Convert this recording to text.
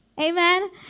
Amen